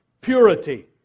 purity